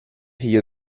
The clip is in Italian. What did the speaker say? figlio